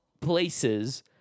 places